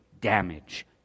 damage